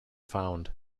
found